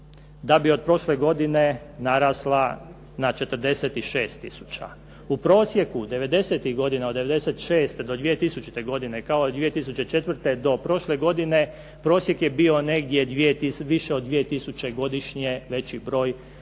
da bi od prošle godine narasla na 46 tisuća. U prosjeku devedesetih godina od '96. do 2000. godine, kao i 2004. do prošle godine prosjek je bio negdje više od 2 tisuće godišnje veći broj